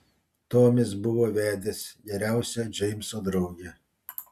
tomis buvo vedęs geriausią džeimso draugę